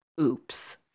Oops